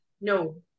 no